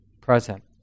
present